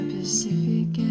Pacific